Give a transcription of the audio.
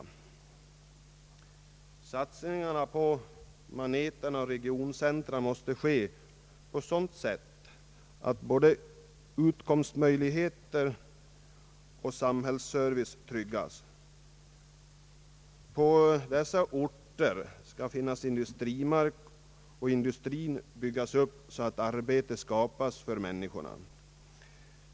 Satsningen på »magneterna» regionorterna — måste ske så att både utkomstmöjligheter och samhällsservice tryggas. På dessa orter skall finnas industrimark och industrin byggas upp så att arbete skapas för människorna.